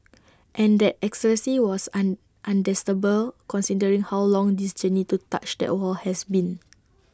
and that ecstasy was on understandable considering how long this journey to touch that wall has been